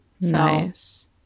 Nice